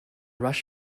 rush